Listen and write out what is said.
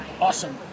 awesome